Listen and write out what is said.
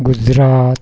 Gujarat